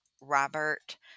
Robert